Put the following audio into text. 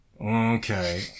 Okay